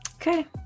Okay